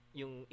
yung